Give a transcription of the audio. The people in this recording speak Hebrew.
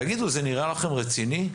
תגידו, זה נראה לכם רציני?